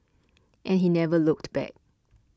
and he never looked back